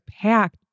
packed